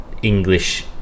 English